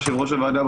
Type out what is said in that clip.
יושב-ראש הוועדה,